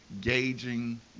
gauging